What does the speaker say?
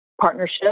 partnership